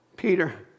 Peter